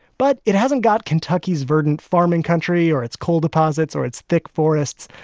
but it hasn't got kentucky's verdant farming country or its coal deposits or its thick forests.